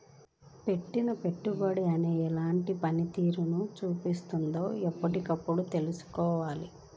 పెట్టిన పెట్టుబడి అనేది ఎలాంటి పనితీరును చూపిస్తున్నదో ఎప్పటికప్పుడు తెల్సుకోవాలి